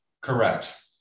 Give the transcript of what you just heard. Correct